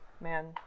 Man